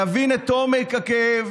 להבין את עומק הכאב